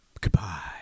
Goodbye